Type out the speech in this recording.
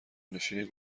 نشین